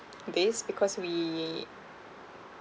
this because we